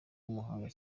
w’umuhanga